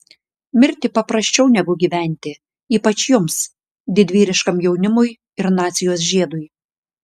mirti paprasčiau negu gyventi ypač jums didvyriškam jaunimui ir nacijos žiedui